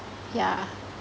yeah